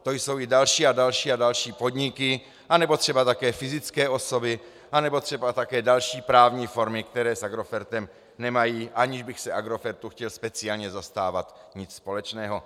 To jsou i další, další a další podniky anebo třeba také fyzické osoby anebo třeba další právní formy, které s Agrofertem nemají, aniž bych se Agrofertu chtěl speciálně zastávat, nic společného.